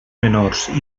menors